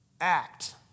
Act